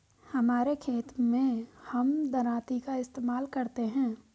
हमारे खेत मैं हम दरांती का इस्तेमाल करते हैं